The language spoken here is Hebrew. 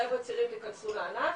לחבר'ה צעירים תיכנסו לענף,